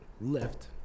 left